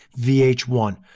VH1